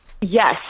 Yes